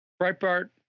Breitbart